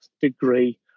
degree